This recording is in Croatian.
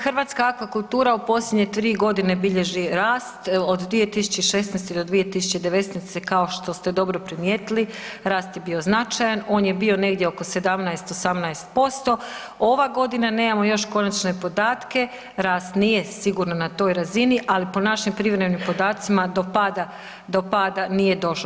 Hrvatska akvakultura u posljednje 3 godine bilježi rast od 2016. do 2019. kao što ste dobro primijetili, rast je bio značajan, on je bio negdje oko 17-18%, ova godina nemamo još konačne podatke, rast nije sigurno na toj razini, ali po našim privremenim podacima do pada, do pada nije došlo.